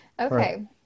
Okay